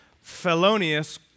felonious